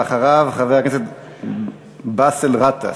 ואחריו, חבר הכנסת באסל גטאס.